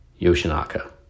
Yoshinaka